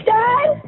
Dad